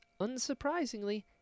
unsurprisingly